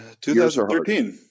2013